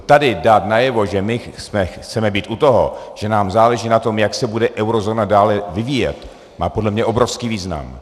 Tady dát najevo, že my chceme být u toho, že nám záleží na tom, jak se bude eurozóna dále vyvíjet, má podle mě obrovský význam.